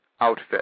outfit